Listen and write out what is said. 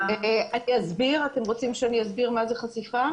--- אתם רוצים שאני אסביר מה זו חשיפה?